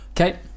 Okay